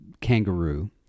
kangaroo